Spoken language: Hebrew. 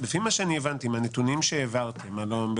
אני מצטרפת לברכות על מה שאמר פרופסור אלון טל,